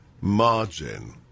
margin